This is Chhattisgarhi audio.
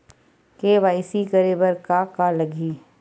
के.वाई.सी करे बर का का लगही?